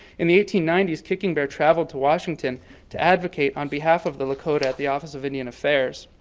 in the eighteen ninety s, kicking bear traveled to washington to advocate on behalf of the lakota at the office of indian affairs.